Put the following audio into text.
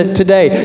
today